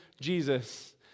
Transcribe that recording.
Jesus